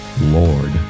Lord